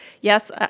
yes